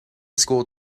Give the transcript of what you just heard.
school